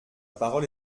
parole